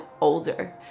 older